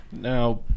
Now